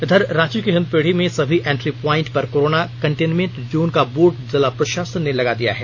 इधर रांची के हिंदपीढ़ी में सभी एंट्री प्वाइंट पर कोरोना कंटेनमेंट जोन का बोर्ड जिला प्रशासन ने लगा दिया है